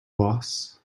boss